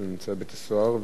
לא רציתי להרחיב,